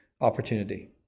opportunity